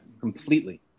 Completely